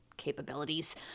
capabilities